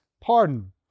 pardon